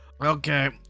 Okay